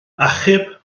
achub